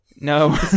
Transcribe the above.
no